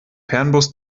fernbus